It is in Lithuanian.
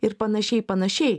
ir panašiai panašiai